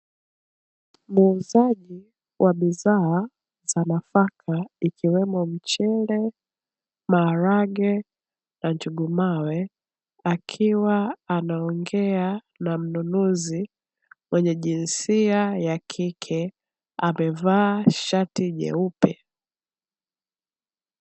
Muuzaji wa bidhaa za nafaka ikiwemo mchele, maharage na njugumawe, akiwa anaongea na mnunuzi mwenye jinsia ya kike amevaa shati jeupe.